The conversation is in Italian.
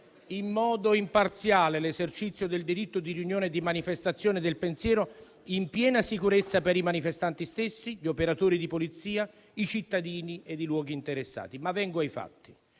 in modo imparziale, l'esercizio del diritto di riunione e di manifestazione del pensiero, in piena sicurezza per i manifestanti stessi, gli operatori di polizia, i cittadini ed i luoghi interessati. Vengo ai fatti.